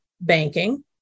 banking